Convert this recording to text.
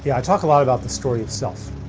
yeah i talk a lot about the story of self,